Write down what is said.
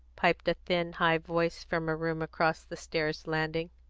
piped a thin, high voice from a room across the stairs landing.